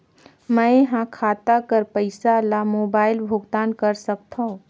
मैं ह खाता कर पईसा ला मोबाइल भुगतान कर सकथव?